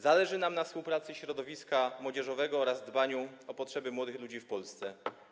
Zależy nam na współpracy środowiska młodzieżowego oraz dbaniu o potrzeby młodych ludzi w Polsce.